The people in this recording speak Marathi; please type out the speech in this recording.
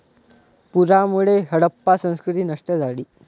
पुरामुळे हडप्पा संस्कृती नष्ट झाली